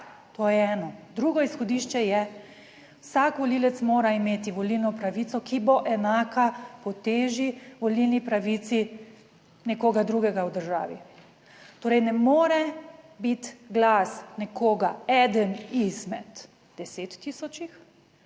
To je eno. Drugo izhodišče je, vsak volivec mora imeti volilno pravico, ki bo enaka po teži volilni pravici nekoga drugega v državi. Torej ne more biti glas nekoga eden izmed deset tisočih